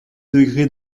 degré